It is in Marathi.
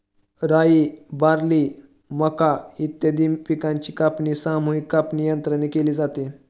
राई, बार्ली, मका इत्यादी पिकांची कापणी सामूहिक कापणीयंत्राने केली जाते